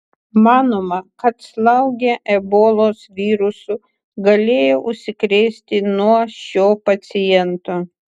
manoma kad slaugė ebolos virusu galėjo užsikrėsti nuo šio paciento